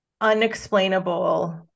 unexplainable